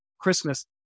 Christmas